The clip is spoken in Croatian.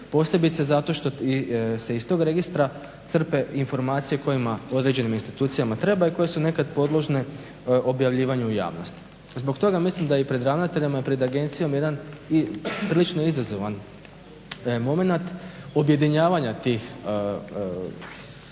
posebice zato što se iz tog registra crpe informacije kojima određenim institucijama trebaju i koje su nekad podložne objavljivanju u javnosti. Zbog toga mislim da je i pred ravnateljem i pred agencijom jedan prilično izazovan momenat objedinjavanja tih, dakle